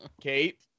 Kate